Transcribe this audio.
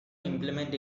implement